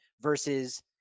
versus